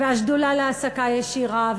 והשדולה להעסקה ישירה,